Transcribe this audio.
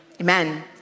Amen